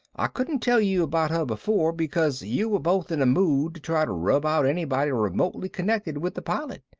i couldn't tell you about her before, because you were both in a mood to try to rub out anybody remotely connected with the pilot.